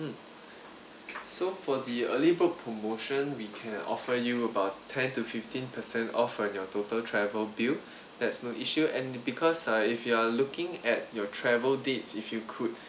mm so for the early bird promotion we can offer you about ten to fifteen percent off on your total travel bill that's no issue and because uh if you are looking at your travel dates if you could